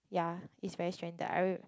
ya is very stranded